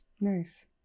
nice